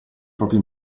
propri